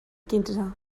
quinze